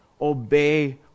obey